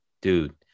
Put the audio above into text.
dude